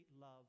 love